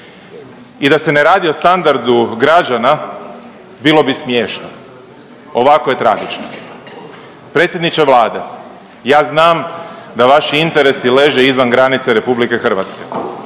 i da se ne radi o standardu građana, bilo bi smiješno. Ovako je tragično. Predsjedniče Vlade, ja znam da vaši interese leže izvan granica RH, znam da su